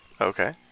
okay